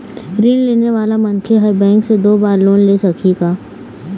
ऋण लेने वाला मनखे हर बैंक से दो बार लोन ले सकही का?